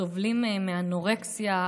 שסובלים מאנורקסיה,